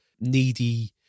needy